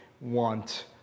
want